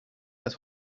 das